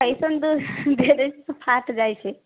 अइसन दूध दे दय छी जे फाट जाइ छै